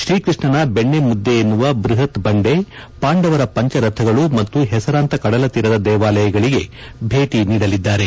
ಶ್ರೀ ಕೃಷ್ಣನ ಬೆಣ್ಣಮುದ್ದೆ ಎನ್ನುವ ಬೃಹತ್ ಬಂಡೆ ಪಾಂಡವರ ಪಂಚರಥಗಳು ಮತ್ತು ಹೆಸರಾಂತ ಕಡಲತೀರದ ದೇವಾಲಯಗಳಗೆ ಭೇಟ ನೀಡಲಿದ್ದಾರೆ